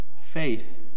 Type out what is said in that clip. faith